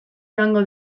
joango